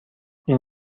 این